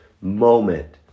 moment